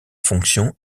fonctions